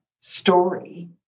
story